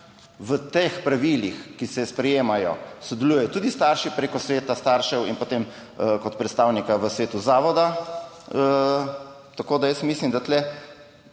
V teh pravilih, ki se sprejemajo, sodelujejo tudi starši preko sveta staršev in potem kot predstavnika v svetu zavoda. Tako da jaz mislim, da bo